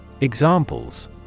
Examples